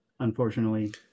Unfortunately